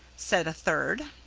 said a third.